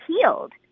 healed